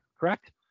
Correct